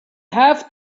have